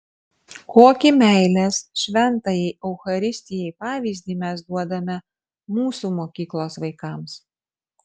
kokį meilės šventajai eucharistijai pavyzdį mes duodame mūsų mokyklos vaikams